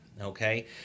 Okay